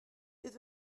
bydd